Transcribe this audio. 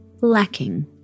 lacking